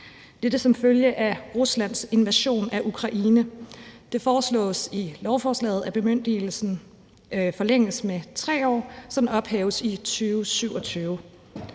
dette som følge af Ruslands invasion af Ukraine. Det foreslås i lovforslaget, at bemyndigelsen forlænges med 3 år, så den ophæves i 2027.